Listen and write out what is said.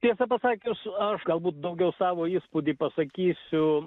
tiesą pasakius aš galbūt daugiau savo įspūdį pasakysiu